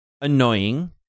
annoying